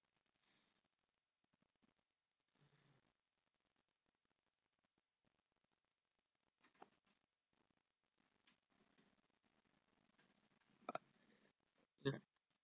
ah